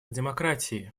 демократии